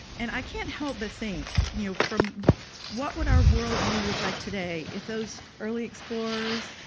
and i can't help but think, you know from what would our worldview look like today if those early explorers,